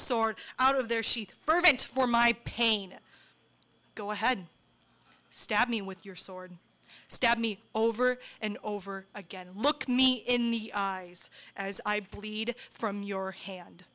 sort out of their sheath fervent for my pain go ahead stab me with your sword stab me over and over again look me in the eyes as i bleed from your hand